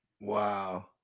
Wow